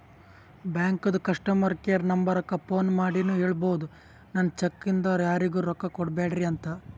ಬ್ಯಾಂಕದು customer care ನಂಬರಕ್ಕ phone ಮಾಡಿನೂ ಹೇಳ್ಬೋದು, ನನ್ ಚೆಕ್ ಇಂದ ಯಾರಿಗೂ ರೊಕ್ಕಾ ಕೊಡ್ಬ್ಯಾಡ್ರಿ ಅಂತ